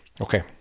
Okay